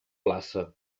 plaça